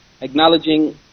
acknowledging